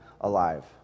alive